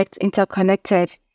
interconnected